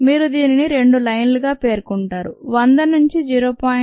మీరు దీనిని రెండు లైన్ లుగా పేర్కొంటారు 100 నుంచి 0